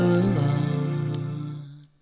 alone